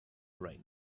right